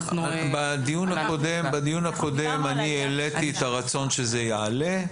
בדיון הקודם אני העליתי את הרצון שזה יעלה.